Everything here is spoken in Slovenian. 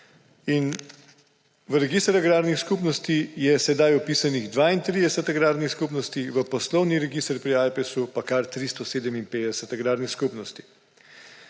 V register agrarnih skupnosti je zdaj vpisanih 32 agrarnih skupnosti, v poslovni register pri Ajpesu pa kar 357 agrarnih skupnosti.